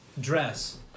Dress